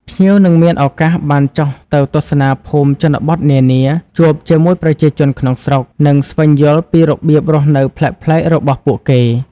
ភ្ញៀវនឹងមានឱកាសបានចុះទៅទស្សនាភូមិជនបទនានា ជួបជាមួយប្រជាជនក្នុងស្រុក និងស្វែងយល់ពីរបៀបរស់នៅប្លែកៗរបស់ពួកគេ។